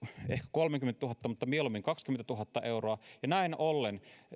kolmekymmentätuhatta mutta mieluummin kaksikymmentätuhatta euroa ja näin ollen